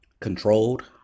controlled